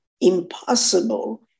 impossible